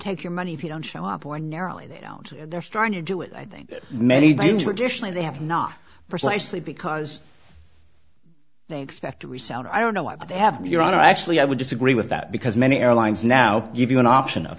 take your money if you don't show up or narrowly they don't they're strong to do it i think many danger additionally they have not precisely because they expect resound i don't know what they have your honor actually i would disagree with that because many airlines now give you an option of